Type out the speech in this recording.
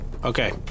Okay